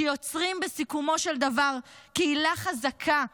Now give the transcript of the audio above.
שיוצרים בסיכומו של דבר קהילה חזקה שתחייב,